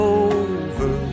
over